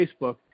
Facebook